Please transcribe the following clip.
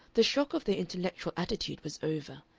the shock of their intellectual attitude was over,